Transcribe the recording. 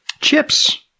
chips